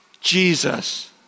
Jesus